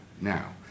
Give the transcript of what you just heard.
now